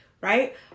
Right